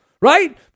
right